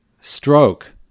Stroke